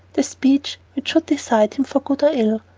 the speech which should decide him for good or ill.